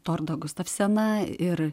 tordą gustavseną ir